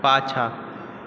पाछाँ